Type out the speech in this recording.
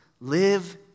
Live